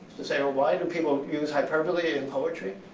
to say, well, why do people use hyperbole in poetry?